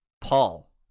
Paul